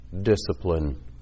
discipline